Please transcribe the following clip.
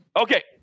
Okay